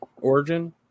Origin